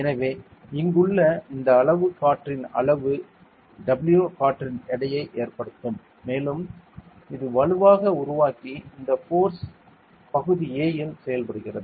எனவே இங்குள்ள இந்த அளவு காற்றின் அளவு W காற்றின் எடையை ஏற்படுத்தும் மேலும் இது வலுவாக உருவாக்கி இந்த போர்ஸ் பகுதி A யில் செயல்படுகிறது